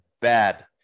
bad